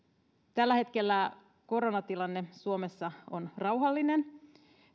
tällä hetkellä koronatilanne suomessa on rauhallinen